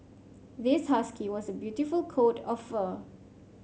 this husky was a beautiful coat of fur